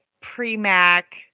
pre-Mac